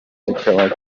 kikaba